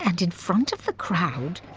and in front of the crowd,